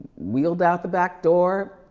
wheeled out the back door,